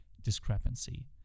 discrepancy